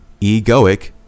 egoic